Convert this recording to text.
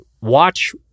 watch